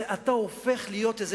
שאתה הופך להיות,